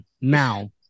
Now